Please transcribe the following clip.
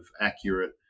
accurate